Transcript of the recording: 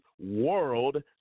world